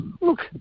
Look